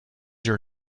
your